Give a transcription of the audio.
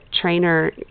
trainer